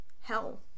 Hell